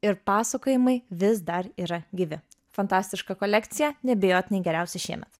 ir pasakojimai vis dar yra gyvi fantastiška kolekcija neabejotinai geriausia šiemet